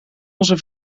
onze